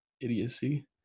idiocy